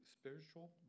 spiritual